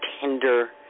tender